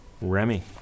Remy